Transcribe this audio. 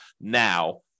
now